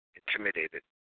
intimidated